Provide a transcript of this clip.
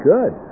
Good